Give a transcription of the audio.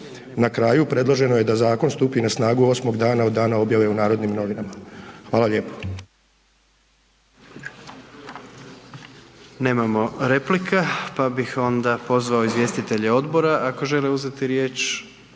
Na kraju, predloženo je da zakon stupi na snagu 8. dana od dana objave u Narodnim novinama. Hvala lijepo. **Jandroković, Gordan (HDZ)** Nemamo replika pa bih onda pozvao izvjestitelje odbora ako žele uzeti riječ.